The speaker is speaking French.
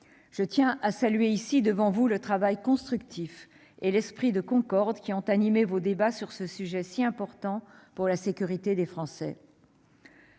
je tiens à saluer votre travail constructif et l'esprit de concorde qui a animé vos débats sur ce sujet si important pour la sécurité des Français.